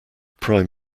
prime